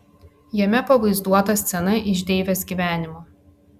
jame pavaizduota scena iš deivės gyvenimo